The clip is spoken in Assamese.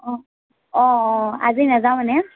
অঁ অঁ আজি নাযাওঁ মানে